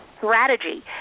strategy